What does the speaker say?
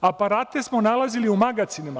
Aparate smo nalazili u magacinima.